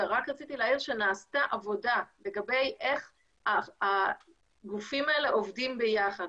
אבל רק רציתי להעיר שנעשתה עבודה לגבי איך הגופים האלה עובדים ביחד.